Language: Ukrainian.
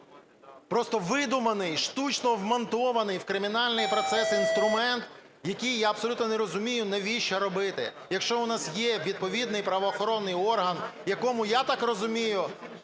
просто видуманий, штучно вмонтований в кримінальний процес інструмент; який, я абсолютно не розумію, навіщо робити, якщо у нас є відповідний правоохоронний орган; якому, я так розумію,